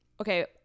okay